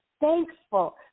thankful